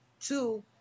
Two